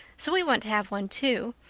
so we want to have one, too.